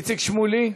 איציק שמולי,